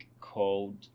called